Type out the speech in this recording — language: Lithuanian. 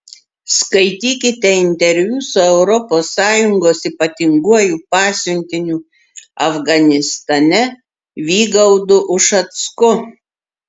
skaitykite interviu su europos sąjungos ypatinguoju pasiuntiniu afganistane vygaudu ušacku